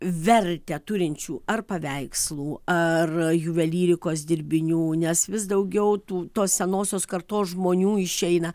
vertę turinčių ar paveikslų ar juvelyrikos dirbinių nes vis daugiau tų tos senosios kartos žmonių išeina